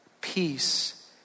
peace